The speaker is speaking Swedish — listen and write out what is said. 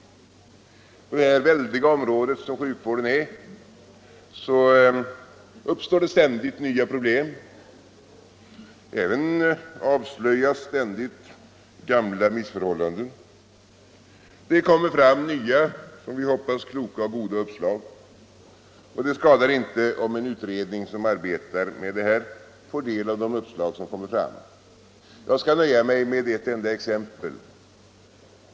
På det väldiga område som sjukvården är uppstår ständigt nya problem — ävenså avslöjas ständigt gamla missförhållanden. Det kommer fram nya och som vi hoppas kloka och goda uppslag. Det skadar inte om en utredning som arbetar med dessa frågor får del av de uppslag som kommer fram. Jag skall nöja mig med ett enda exempel.